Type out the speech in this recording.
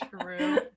True